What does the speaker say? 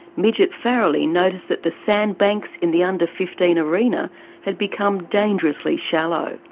midget farrelly noticed that the sandbanks in the under fifteen arena had become dangerously shallow.